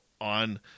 on